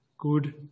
good